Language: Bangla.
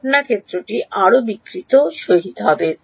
ঘটনা ক্ষেত্রটি আরও বিকৃতি সহিত হবে